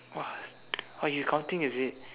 !wah! !wah! you counting is it